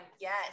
Yes